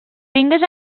tingues